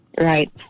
Right